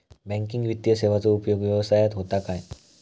Banking वित्तीय सेवाचो उपयोग व्यवसायात होता काय?